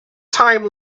time